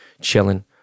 chilling